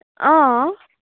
অঁ